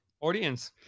audience